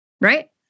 right